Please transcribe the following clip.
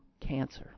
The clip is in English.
cancer